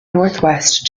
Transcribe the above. northwest